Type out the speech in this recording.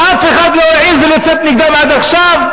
שאף אחד לא העז לצאת נגדם עד עכשיו.